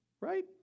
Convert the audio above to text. right